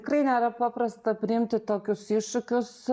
tikrai nėra paprasta priimti tokius iššūkius